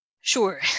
Sure